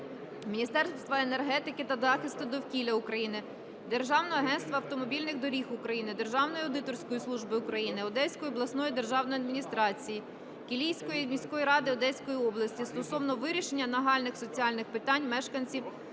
Міністерства енергетики та захисту довкілля України, Державного агентства автомобільних доріг України, Державної аудиторської служби України, Одеської обласної державної адміністрації, Кілійської міської ради Одеської області стосовно вирішення нагальних соціальних питань мешканців